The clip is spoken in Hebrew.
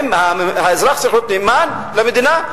האזרח צריך להיות נאמן למדינה,